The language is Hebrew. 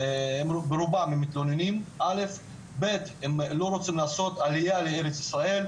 רובם מתלוננים והם לא רוצים לעשות עלייה לארץ ישראל,